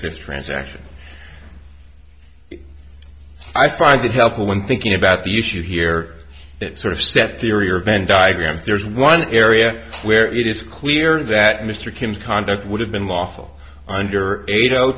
fifth transaction i find it helpful when thinking about the issue here that sort of set theory or venn diagram there's one area where it is clear that mr kim's conduct would have been lawful under eight